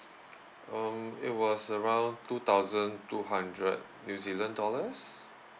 um it was around two thousand two hundred new zealand dollars